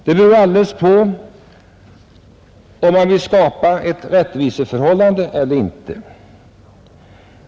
Det beror alldeles på om man vill skapa ett rättviseförhållande eller inte.